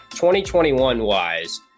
2021-wise